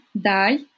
die